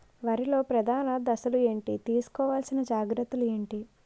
వరిలో ప్రధాన దశలు ఏంటి? తీసుకోవాల్సిన జాగ్రత్తలు ఏంటి?